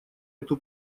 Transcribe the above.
эту